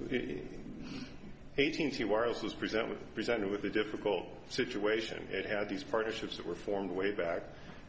the eighteenth uighurs was presented with presented with a difficult situation it had these partnerships that were formed way back